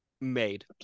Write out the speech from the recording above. made